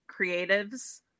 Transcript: creatives